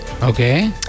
okay